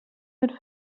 had